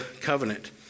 covenant